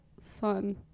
son